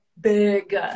big